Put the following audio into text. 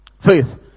Faith